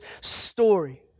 story